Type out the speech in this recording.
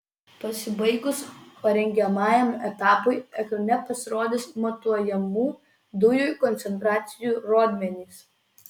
pasibaigus parengiamajam etapui ekrane pasirodys matuojamų dujų koncentracijų rodmenys